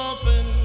open